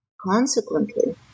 Consequently